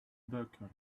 buckle